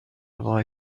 boy